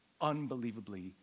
unbelievably